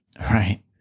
Right